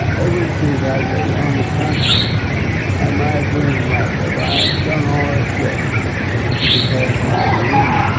every chief has it on their conscience am i doing right, have i done all i should to press my view?